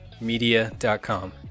media.com